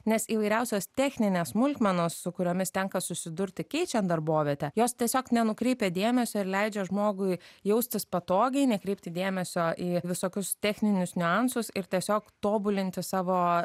nes įvairiausios techninės smulkmenos su kuriomis tenka susidurti keičiant darbovietę jos tiesiog nenukreipia dėmesio ir leidžia žmogui jaustis patogiai nekreipti dėmesio į visokius techninius niuansus ir tiesiog tobulinti savo